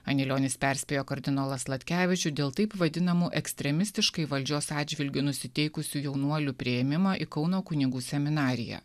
anilionis perspėjo kardinolą sladkevičių dėl taip vadinamų ekstremistiškai valdžios atžvilgiu nusiteikusių jaunuolių priėmimo į kauno kunigų seminariją